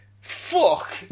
fuck